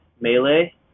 Melee